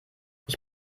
ich